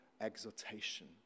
exhortation